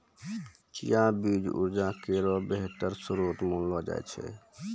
चिया बीज उर्जा केरो बेहतर श्रोत मानलो जाय छै